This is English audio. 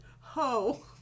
ho